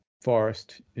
forest